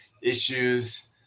issues